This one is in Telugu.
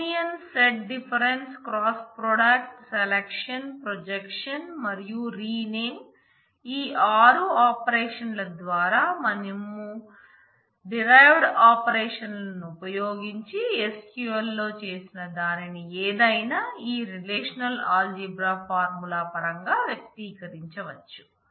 యూనియన్ లు ఉపయోగించి SQL లో చేసిన దానిని ఏదైనా ఈ రిలేషనల్ ఆల్జీబ్రా ఫార్ములా పరంగా వ్యక్తీకరించవచ్చు